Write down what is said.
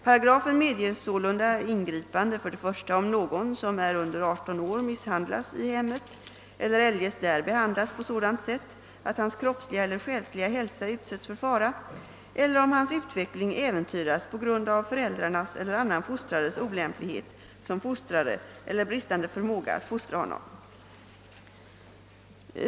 Paragrafen medger sålunda ingripande för det första om någon som är under arton år misshandlas i hemmet eller eljest där behandlas på sådant sätt att hans kroppsliga eller själsliga hälsa utsätts för fara eller om hans utveckling äventyras på grund: av föräldrarnas eller annan fostrares olämp lighet som fostrare eller bristande förmåga att fostra honom.